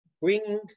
Bring